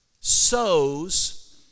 sows